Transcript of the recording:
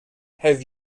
have